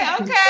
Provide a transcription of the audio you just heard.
okay